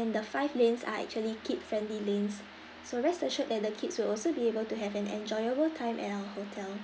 and the five lanes are actually kid friendly lanes so rest assured that the kids will also be able to have an enjoyable time at our hotel